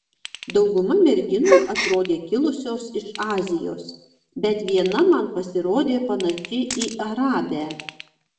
dauguma merginų atrodė kilusios iš azijos bet viena man pasirodė panaši į arabę